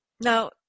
Now